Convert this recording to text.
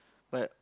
but